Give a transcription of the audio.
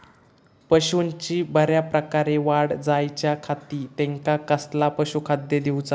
पशूंची बऱ्या प्रकारे वाढ जायच्या खाती त्यांका कसला पशुखाद्य दिऊचा?